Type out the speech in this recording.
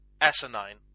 asinine